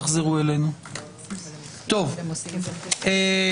תחזרו אלינו לאחר ההפסקה.